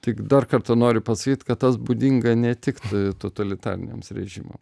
tik dar kartą noriu pasakyt kad tas būdinga ne tik totalitariniams režimam